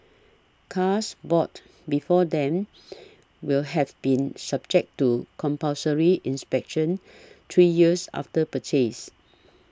cars bought before then will have been subject to compulsory inspections three years after purchase